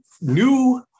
new